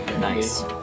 Nice